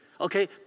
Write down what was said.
okay